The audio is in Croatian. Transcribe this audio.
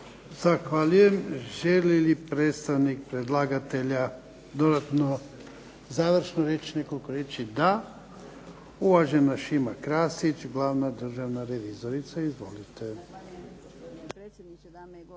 Zahvaljujem. Želi li predstavnik predlagatelja završno reći nekoliko riječi? Da. Uvažena Šima Krasić, glavna državna revizorica. Izvolite.